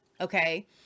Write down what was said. okay